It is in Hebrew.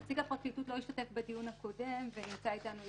נציג הפרקליטות לא השתתף בדיון הקודם ונמצא אתנו,